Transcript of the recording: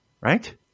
Right